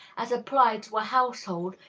as applied to a household,